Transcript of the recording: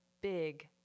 big